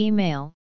Email